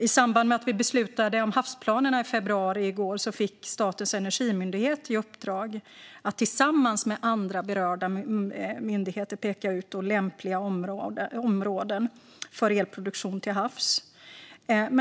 I samband med att vi beslutade om havsplanerna i februari i år fick Statens energimyndighet i uppdrag att tillsammans med andra berörda myndigheter peka ut lämpliga områden för elproduktion till havs.